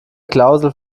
klausel